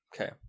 Okay